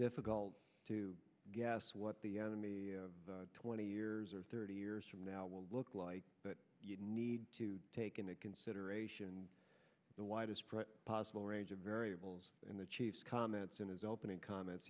difficult to guess what the enemy twenty years or thirty years from now will look like but you need to take into consideration the widest possible range of variables and the chief's comments in his opening comments